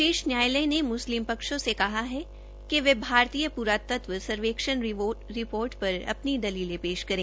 शीर्ष न्यायालय ने मुस्लिम पक्षों से कहा कि वे भारतीय प्रातत्व सर्वेक्षण रिर्पोट पर दिन के दौरान अपने दलीलें पेश करे